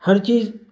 ہر چیز